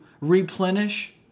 replenish